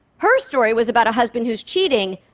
her story was about a husband who's cheating,